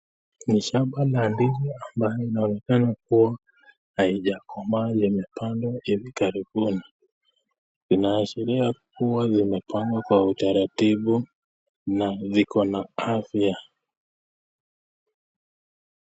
Ni shamba la ndizi ambalo linaonekana kuwa haijakoma, limepandwa hivi karibuni. Inaashiria kuwa zimepandwa kwa utaratibu na zikona afya.